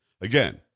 Again